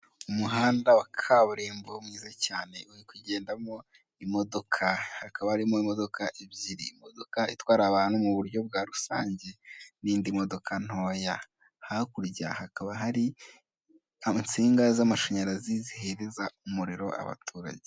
Umuhanda wa kaburimbo mwiza cyane uri kugendamo imodoka hakaba harimo imodoka ebyiri, imodoka itwara abantu muburyo bwa rusange nindi modoka ntoya, vhakurya hakaba hari insinga z'amashanyarazi zihereza umuriro abaturage.